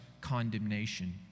condemnation